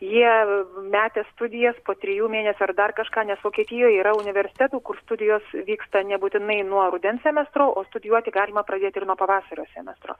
jie metė studijas po trijų mėnesių ar dar kažką nes vokietijoje yra universitetų kur studijos vyksta nebūtinai nuo rudens semestro o studijuoti galima pradėti ir nuo pavasario semestro